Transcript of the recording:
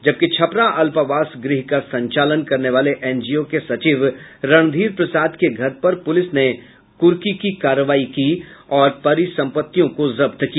जबकि छपरा अल्पावास गृह का संचालन करने वाले एनजीओ के सचिव रणधीर प्रसाद के घर पर पुलिस ने कुर्की की कार्रवाई की और परिसंपत्तियों को जब्त किया